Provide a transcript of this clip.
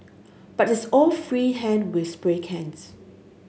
but it's all free hand with spray cans